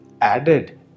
added